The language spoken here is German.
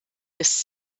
ist